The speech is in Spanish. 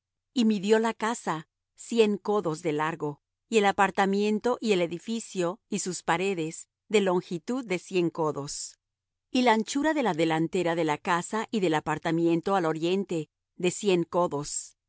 y midió la casa cien codos de largo y el apartamiento y el edificio y sus paredes de longitud de cien codos y la anchura de la delantera de la casa y del apartamiento al oriente de cien codos